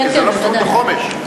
כי זה לא בתוכנית החומש.